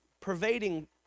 pervading